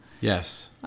Yes